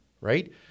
right